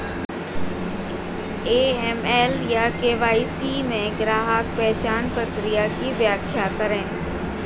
AML या KYC में ग्राहक पहचान प्रक्रिया की व्याख्या करें?